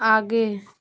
आगे